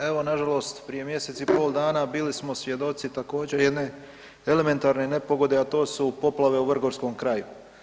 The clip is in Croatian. Evo nažalost prije mjesec i pol dana bili smo svjedoci također jedne elementarne nepogode a to su poplave u vrgorskom kraju.